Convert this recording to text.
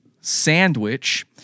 Sandwich